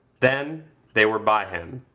then they were by him,